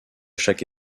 chaque